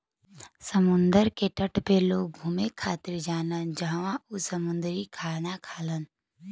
समुंदर के तट पे लोग घुमे खातिर जालान जहवाँ उ समुंदरी खाना खालन